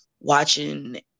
watching